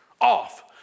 off